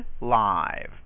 live